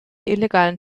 illegalen